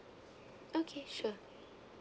okay sure